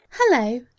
Hello